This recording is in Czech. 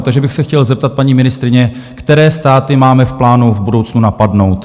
Takže bych se chtěl zeptat paní ministryně, které státy máme v plánu v budoucnu napadnout?